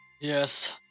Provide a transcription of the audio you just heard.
Yes